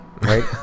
right